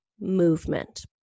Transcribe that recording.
movement